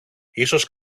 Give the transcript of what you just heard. ίσως